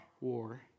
war